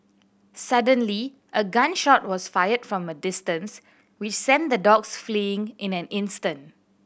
suddenly a gun shot was fired from a distance which sent the dogs fleeing in an instant